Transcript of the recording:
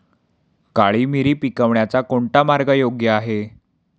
काळी मिरी पिकवण्याचा कोणता मार्ग योग्य आहे?